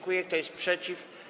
Kto jest przeciw?